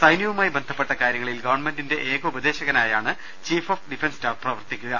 സൈന്യവുമായി ബന്ധപ്പെട്ട കാര്യങ്ങ ളിൽ ഗവൺമെന്റിന്റെ ഏക ഉപദേശകനായാണ് ചീഫ് ഓഫ് ഡിഫൻസ് സ്റ്റാഫ് പ്രവർത്തിക്കുക